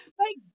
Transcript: Thank